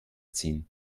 ziehen